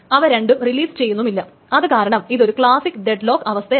അവ രണ്ടും റിലീസ് ചെയ്യുന്നുമില്ല അത് കാരണം ഇതൊരു ക്ലാസിക് ഡെഡ്ലോക്ക് അവസ്ഥയാണ്